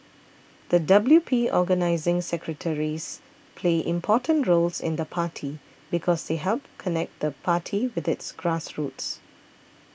the W P organising secretaries play important roles in the party because they help connect the party with its grassroots